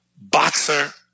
boxer